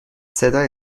صدای